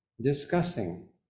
discussing